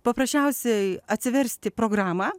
paprasčiausiai atsiversti programą